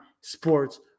sports